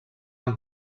amb